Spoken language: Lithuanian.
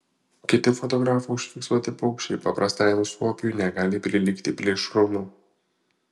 kiti fotografų užfiksuoti paukščiai paprastajam suopiui negali prilygti plėšrumu